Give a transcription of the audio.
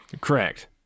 Correct